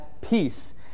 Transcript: peace